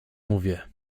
mówię